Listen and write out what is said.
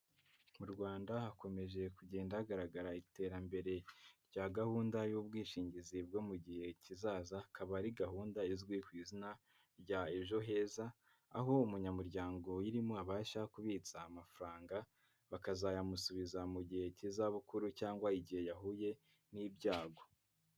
Mu rwanda hakomeje kugenda hagaragara iterambere rya gahunda y'ubwishingizi bwo mu gihe kizaza, akaba ari gahunda izwi ku izina rya ejo heza, aho umunyamuryango uyirimo abasha kubitsa amafaranga bakazayamusubiza mu gihe cy'izabukuru cyangwa igihe yahuye n'ibyago.